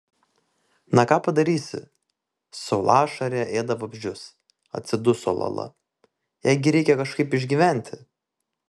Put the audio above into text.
na ką padarysi saulašarė ėda vabzdžius atsiduso lala jai gi reikia kažkaip išgyventi